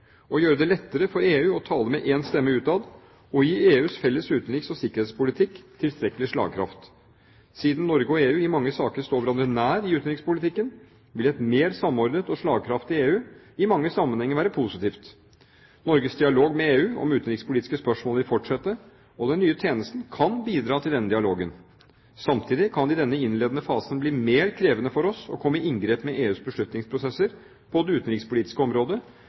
å gjøre det lettere for EU å tale med én stemme utad og gi EUs felles utenriks- og sikkerhetspolitikk tilstrekkelig slagkraft. Siden Norge og EU i mange saker står hverandre nær i utenrikspolitikken, vil et mer samordnet og slagkraftig EU i mange sammenhenger være positivt. Norges dialog med EU om utenrikspolitiske spørsmål vil fortsette, og den nye tjenesten kan bidra til denne dialogen. Samtidig kan det i denne innledende fasen bli mer krevende for oss å komme i inngrep med EUs beslutningsprosesser på det utenrikspolitiske området,